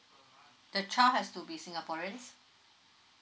the child has to be singaporeans